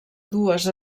dues